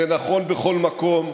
זה נכון בכל מקום.